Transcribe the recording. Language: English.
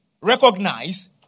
recognize